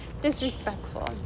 Disrespectful